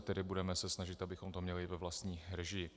Tedy budeme se snažit, abychom to měli ve vlastní režii.